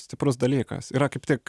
stiprus dalykas yra kaip tik